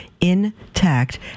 intact